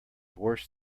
worse